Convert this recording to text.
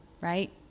Right